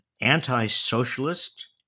anti-socialist